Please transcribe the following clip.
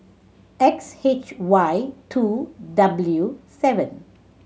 X H Y two W seven